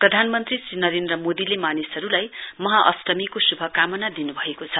प्रधानमन्त्री श्री नरेन्द्र मोदीले मानिसहरुलाई महाअष्टमीको श्भकामना दिन्भएको छ